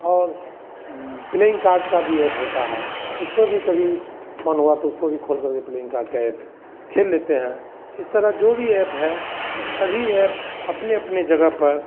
और playing card का भी एप होता है उसको भी कभी मन हुआ तो उसको भी खोलकर के प्लेइंग कार्ड का ऐप खेल लेते हैं इस तरह जो भी ऐप है सभी ऐप अपने अपने जगह पर